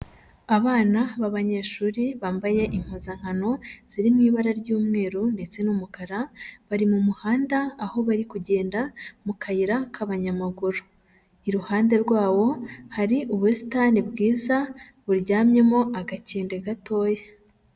Abana b'abanyeshuri bambaye impuzankano ziri mu ibara ry'umweru ndetse n'umukara, bari mu muhanda aho bari kugenda mu kayira k'abanyamaguru. Iruhande rwawo hari ubusitani bwiza buryamyemo agakende gatoya.